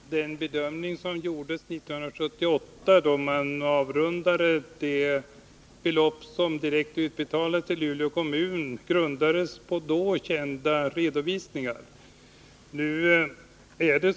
Herr talman! Den bedömning som gjordes 1978, när man avrundade det belopp som direkt utbetalats till Luleå kommun, grundades på då kända redovisningar.